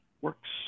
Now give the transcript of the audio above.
works